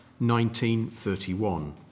19.31